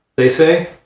they say,